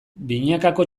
binakako